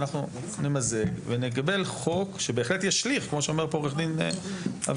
אנחנו נמזג ונקבל חוק שבהחלט ישליך כמו שאומר פה עו"ד אבינועם,